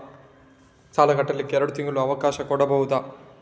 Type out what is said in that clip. ಸಾಲ ಕಟ್ಟಲು ಎರಡು ತಿಂಗಳ ಅವಕಾಶ ಕೊಡಬಹುದಾ?